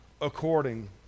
according